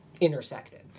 intersected